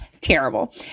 terrible